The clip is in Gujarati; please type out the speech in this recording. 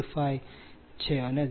25 j0